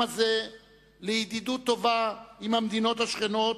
הזה לידידות טובה עם המדינות השכנות,